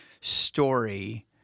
story